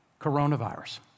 coronavirus